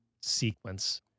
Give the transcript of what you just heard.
sequence